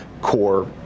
core